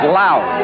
loud